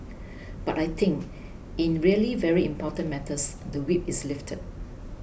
but I think in really very important matters the whip is lifted